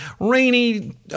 Rainy